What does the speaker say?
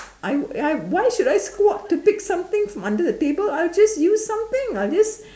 I I why should I squat to pick some things under the table I'll just use something I'll just